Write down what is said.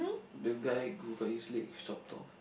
the guy who got his legs chopped off